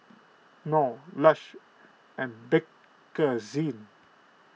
Knorr Lush and Bakerzin